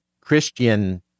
Christian